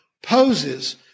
poses